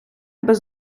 без